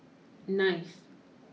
ninth